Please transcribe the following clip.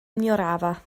ignorava